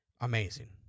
amazing